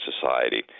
society